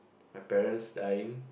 my parents dying